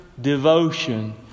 devotion